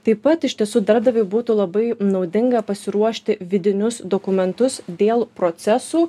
taip pat iš tiesų darbdaviui būtų labai naudinga pasiruošti vidinius dokumentus dėl procesų